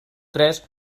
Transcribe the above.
tres